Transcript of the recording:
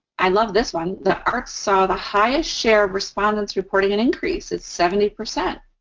i love this one. the arts saw the highest share of respondents reporting an increase. it's seventy percent,